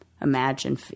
imagine